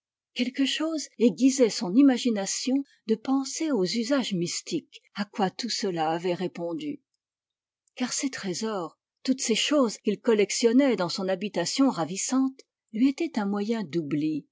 quelque chose aiguisait son imagination de penser aux usages mystiques à quoi tout cela avait répondu car ces trésors toutes ces choses qu'il collectionnait dans son habitation ravissante lui étaient un moyen d'oubli